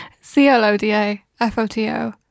C-L-O-D-A-F-O-T-O